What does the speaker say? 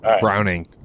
Browning